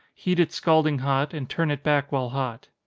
heat it scalding hot, and turn it back while hot.